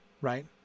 right